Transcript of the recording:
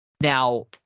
Now